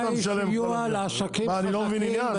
התוצאה הסופית היא סיוע לעסקים חזקים,